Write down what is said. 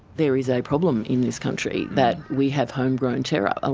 there is a problem in this country that we have home-grown terror, ah